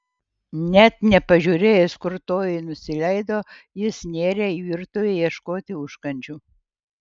net nepažiūrėjęs kur toji nusileido jis nėrė į virtuvę ieškoti užkandžių